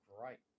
great